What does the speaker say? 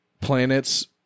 planets